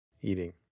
eating